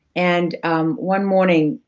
and um one morning,